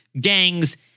gangs